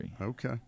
Okay